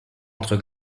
entre